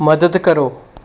ਮਦਦ ਕਰੋ